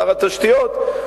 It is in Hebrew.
שר התשתיות,